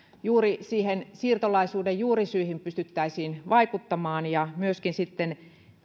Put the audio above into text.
juuri siirtolaisuuden juurisyihin pystyttäisiin vaikuttamaan ja myöskin sitten